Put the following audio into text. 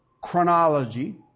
chronology